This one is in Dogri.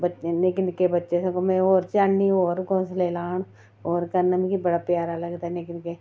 बच्चे निक्के निक्के बच्चे ते में होर चाह्न्नीं होर घौंसले लान होर करन मिगी बड़ा प्यारा लगदा निक्के निक्के